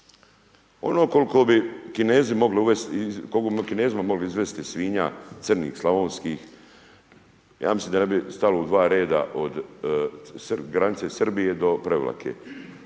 Ono koliko bi Kinezima mogli izvesti svinja, crnih slavonskih, ja mislim da ne bi stalo u dva reda od granice Srbije do Prevlake,